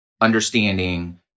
understanding